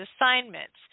assignments